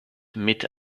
mit